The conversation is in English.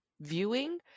viewing